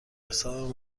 حساب